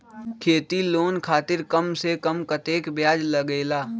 खेती लोन खातीर कम से कम कतेक ब्याज लगेला?